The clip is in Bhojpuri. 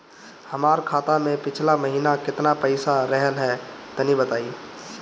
हमार खाता मे पिछला महीना केतना पईसा रहल ह तनि बताईं?